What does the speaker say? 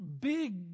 big